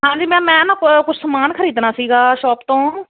ਹਾਂਜੀ ਮੈ ਮੈਂ ਕੁਝ ਸਮਾਨ ਖਰੀਦਣਾ ਸੀਗਾ ਸ਼ੋਪ ਤੋਂ